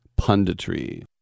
Punditry